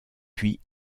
puis